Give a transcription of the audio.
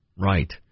Right